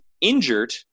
injured –